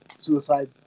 suicide